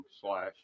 slash